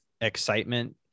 excitement